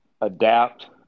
Adapt